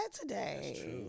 today